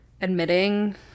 admitting